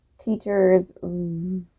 teachers